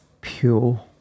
pure